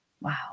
Wow